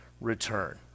return